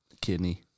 kidney